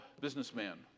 businessman